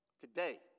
today